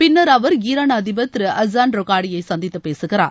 பின்னா் அவர் ஈரான் அதிபர் திரு அசான் ரொகானியை சந்தித்தப் பேசுகிறார்